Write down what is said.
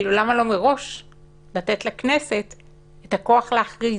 אם כך, למה לא לתת לכנסת מראש את הכוח להכריז?